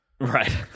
Right